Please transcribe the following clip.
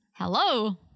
Hello